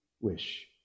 wish